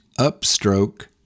upstroke